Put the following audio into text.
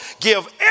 Give